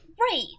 Right